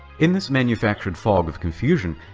in this manufactured fog of confusion,